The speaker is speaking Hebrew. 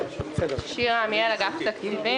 (היו"ר יעקב מרגי, 14:35)